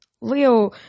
Leo